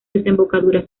desembocadura